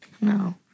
No